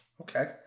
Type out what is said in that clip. Okay